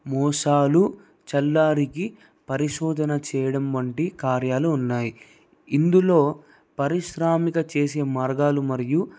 మోసాలు చల్లారికి పరిశోధన చేయడం వంటి కార్యాలు ఉన్నాయి ఇందులో పరిశ్రామిక చేసే మార్గాలు మరియు